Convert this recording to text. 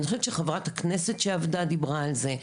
שחברת הכנסת שעבדה דיברה על זה,